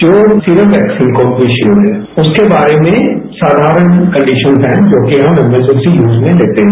जो serum vaccine composition है उसके बारे में साधारण कंडीशन्स है जो कि हम एमरजेंसी यूज में लेते हैं